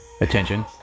attention